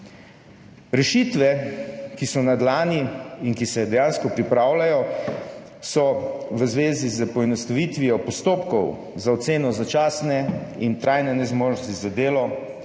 Rešitve, ki so na dlani in ki se dejansko pripravljajo, so v zvezi s poenostavitvijo postopkov za oceno začasne in trajne nezmožnosti za delo,